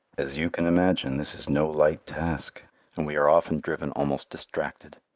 as you can imagine, this is no light task and we are often driven almost distracted.